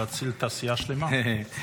להציל תעשייה שלמה.